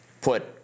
put—